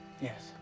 Yes